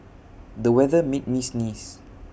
the weather made me sneeze